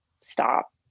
Stop